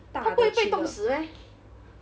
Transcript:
他不会被冻死 meh